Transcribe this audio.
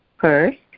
First